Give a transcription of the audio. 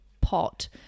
pot